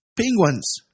penguins